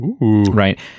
right